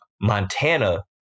Montana